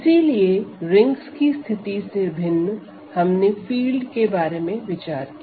इसीलिए रिंग की स्थिति से भिन्न हमने फील्ड के बारे में विचार किया